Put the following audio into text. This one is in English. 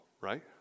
right